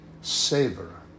savor